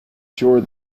sure